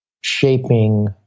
shaping